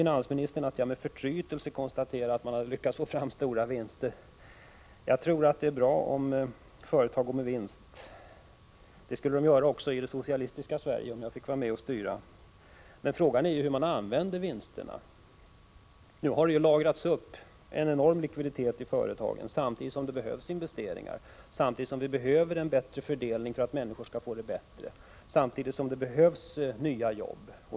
Finansministern sade att jag med förtrytelse konstaterar att man lyckats få fram stora vinster. Jag tycker att det är bra om företag går med vinst. Det skulle de göra också i det socialistiska Sverige, om jag fick vara med och styra. Men frågan är hur man använder vinsterna. Nu har det ju lagrats upp en enorm likviditet i företagen samtidigt som det behövs investeringar, samtidigt som det behövs en bättre fördelning för att människor skall få det bättre, samtidigt som det behövs nya jobb.